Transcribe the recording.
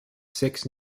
six